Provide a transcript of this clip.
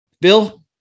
Bill